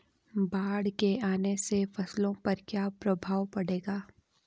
बाढ़ के आने से फसलों पर क्या प्रभाव पड़ेगा?